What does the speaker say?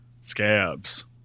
scabs